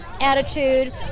attitude